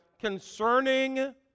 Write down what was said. concerning